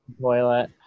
toilet